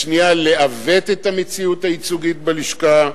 השנייה לעוות את המציאות הייצוגית בלשכה.